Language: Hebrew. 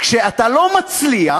כשאתה לא מצליח